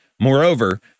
Moreover